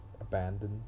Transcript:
abandoned